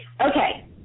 Okay